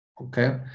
okay